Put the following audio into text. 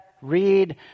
Read